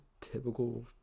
typical